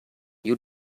you